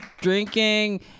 drinking